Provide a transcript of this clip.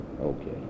Okay